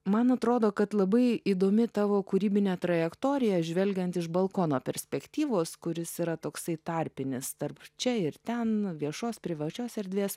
man atrodo kad labai įdomi tavo kūrybinė trajektorija žvelgiant iš balkono perspektyvos kuris yra toksai tarpinis tarp čia ir ten viešos privačios erdvės